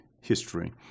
history